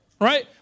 right